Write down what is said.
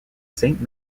saint